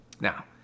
Now